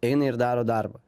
eina ir daro darbą